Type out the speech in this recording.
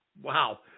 Wow